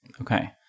Okay